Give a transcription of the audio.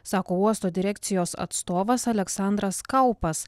sako uosto direkcijos atstovas aleksandras kaupas